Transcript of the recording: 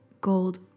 gold